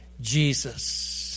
Jesus